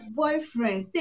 boyfriends